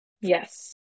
Yes